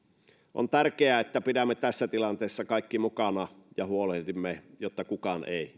on tärkeää että pidämme tässä tilanteessa kaikki mukana ja huolehdimme että kukaan ei